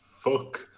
fuck